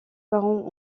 parents